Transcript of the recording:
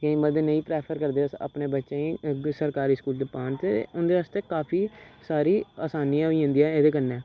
केईं मते नेईं प्रैफर करदे अस अपने बच्चें गी सरकारी स्कूल पान ते उं'दे आस्तै काफी सारी असानियां होई जंदियां एह्दे कन्नै